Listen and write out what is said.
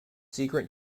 secret